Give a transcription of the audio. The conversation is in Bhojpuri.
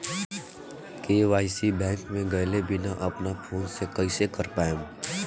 के.वाइ.सी बैंक मे गएले बिना अपना फोन से कइसे कर पाएम?